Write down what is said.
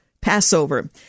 Passover